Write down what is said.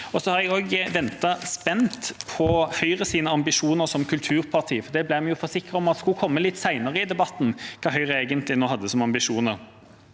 jeg også ventet spent på Høyres ambisjoner som kulturparti, for vi ble jo forsikret om at det skulle komme litt senere i debatten, hva Høyre egentlig nå hadde som ambisjoner.